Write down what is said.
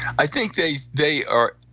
i think they they are.